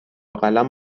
قلم